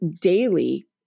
daily